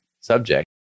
subject